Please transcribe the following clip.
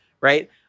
right